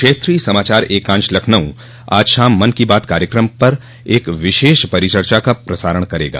क्षेत्रीय समाचार एकांश लखनऊ आज शाम मन की बात कार्यक्रम पर एक विशेष परिचर्चा का प्रसारण करेगा